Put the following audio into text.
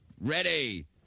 ready